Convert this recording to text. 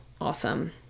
awesome